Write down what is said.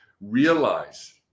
realize